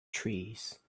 trees